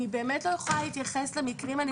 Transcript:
נאי באמת לא יכולה להתייחס למקרים נקודתית.